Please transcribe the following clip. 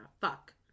Fuck